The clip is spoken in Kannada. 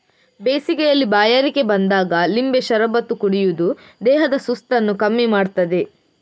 ಬೇಸಿಗೆಯಲ್ಲಿ ಬಾಯಾರಿಕೆ ಬಂದಾಗ ಲಿಂಬೆ ಶರಬತ್ತು ಕುಡಿಯುದು ದೇಹದ ಸುಸ್ತನ್ನ ಕಮ್ಮಿ ಮಾಡ್ತದೆ